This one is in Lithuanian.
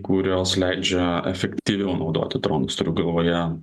kurios leidžia efektyviau naudoti dronus turiu galvoje